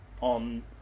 on